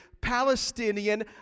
Palestinian